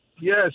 Yes